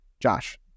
Josh